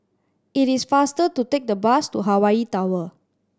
it is faster to take the bus to Hawaii Tower